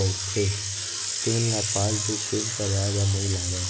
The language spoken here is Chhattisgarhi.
बउरथे तेन ल पासबुक प्रिंट करवाए बर नइ लागय